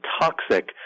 toxic